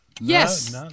yes